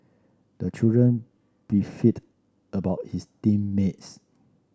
the children beefed about his team mates